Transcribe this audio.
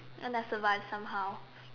and I survived somehow